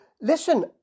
listen